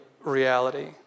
reality